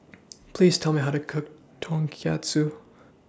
Please Tell Me How to Cook Tonkatsu